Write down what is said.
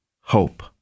hope